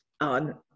on